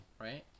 right